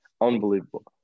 unbelievable